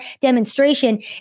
demonstration